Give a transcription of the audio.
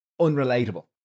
unrelatable